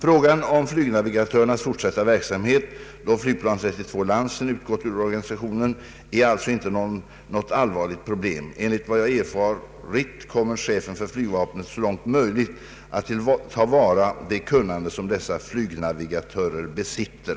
Frågan om flygnavigatörernas fortsatta verksamhet då flygplan 32 Lansen utgått ur organisationen är alltså inte något allvarligt problem. Enligt vad jag erfarit kommer chefen för flygvapnet så långt möjligt ta till vara det kunnande som dessa flygnavigatörer besitter.